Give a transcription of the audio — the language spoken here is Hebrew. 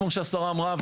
כמו שהשרה אמרה,